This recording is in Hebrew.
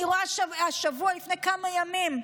אני רואה השבוע, לפני כמה ימים,